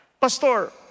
Pastor